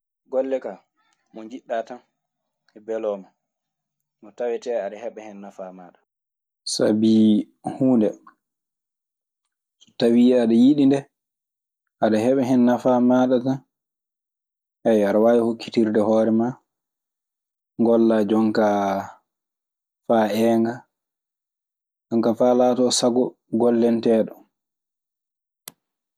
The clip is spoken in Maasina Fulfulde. Golle kaa mo njinɗa tan e beloowo ma mo taweetee ada heɓa hen naffaa maaɗa. Sabi huunde so tawii aɗe yiɗi nde, aɗe heɓa hen nafaa maaɗa tan. aɗe waawi hokkitirde hoore maa, jonkaa, faa heenga. jonkaa, faa laatoo sago gollanteeɗo.